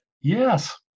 yes